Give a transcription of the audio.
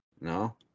No